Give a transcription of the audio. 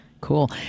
Cool